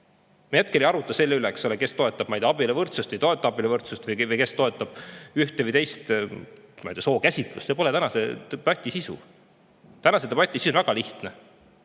Me hetkel ei aruta selle üle, kes toetab abieluvõrdsust või ei toeta abieluvõrdsust ning kes toetab ühte või teist sookäsitlust. See pole tänase debati sisu. Tänase debati sisu on väga lihtne.